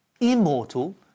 immortal